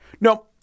No